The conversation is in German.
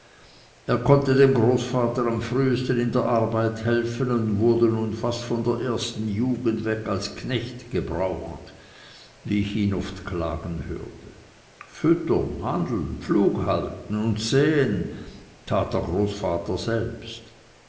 er konnte dem großvater am frühesten in der arbeit helfen und wurde nun fast von der ersten jugend weg als knecht gebraucht wie ich ihn oft klagen hörte füttern handeln pflug halten und säen tat der großvater selbst